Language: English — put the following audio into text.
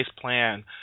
plan